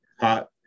hot